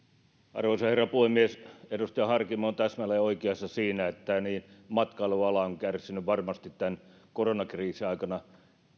arvoisa herra puhemies edustaja harkimo on täsmälleen oikeassa siinä että matkailuala on kärsinyt varmasti tämän koronakriisin aikana